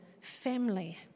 family